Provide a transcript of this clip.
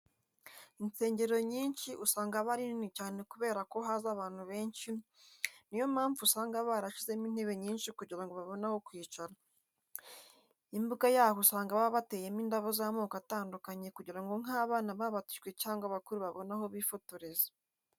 Insengero nyinshi usanga aba ari nini cyane kubera ko haza abantu benshi, niyo mpamvu usanga barashyizemo intebe nyinshi kugira ngo babone aho kwicara, imbuga yaho usanga baba bateyemo indabo z'amoko atandukanye kugira ngo nk'abana babatijwe cyangwa abakuru babone aho bifotoreza..